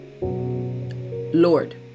lord